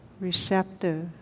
receptive